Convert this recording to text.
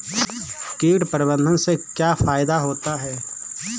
कीट प्रबंधन से क्या फायदा होता है?